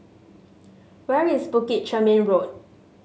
where is Bukit Chermin Road